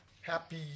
Happy